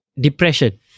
depression